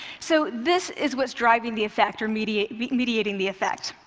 so this is what's driving the effect, or mediating mediating the effect.